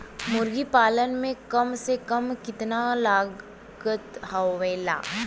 मुर्गी पालन में कम से कम कितना लागत आवेला?